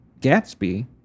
Gatsby